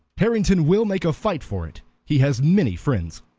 harrington will make a fight for it. he has many friends.